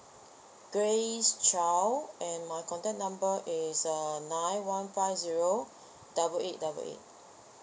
grace chow and my contact number is uh nine one five zero double eight double eight